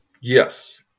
yes